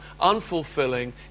unfulfilling